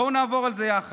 בואו נעבור על זה יחד: